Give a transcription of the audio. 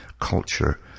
culture